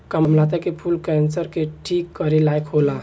कामलता के फूल कैंसर के ठीक करे लायक होला